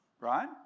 right